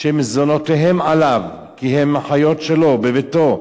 שמזונותיהם עליו, כי הן חיות שלו, בביתו,